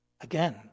Again